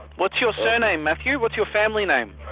what's your surname matthew, what's your family name?